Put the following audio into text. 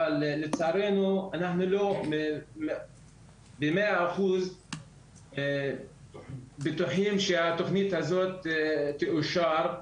אבל לצערנו אנחנו לא במאה אחוז בטוחים שהתכנית הזו תאושר,